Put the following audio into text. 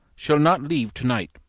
shall not leave to-night,